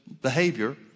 behavior